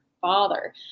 father